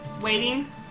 waiting